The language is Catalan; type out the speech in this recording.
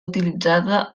utilitzada